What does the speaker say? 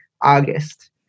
August